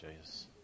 Jesus